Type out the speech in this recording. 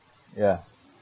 ya